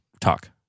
talk